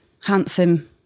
handsome